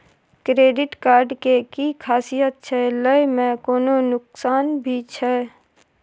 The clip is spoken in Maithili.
क्रेडिट कार्ड के कि खासियत छै, लय में कोनो नुकसान भी छै?